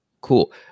cool